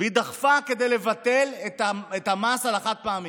והיא דחפה לבטל את המס על החד-פעמי,